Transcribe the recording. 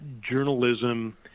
journalism